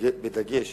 בדגש